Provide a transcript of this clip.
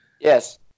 Yes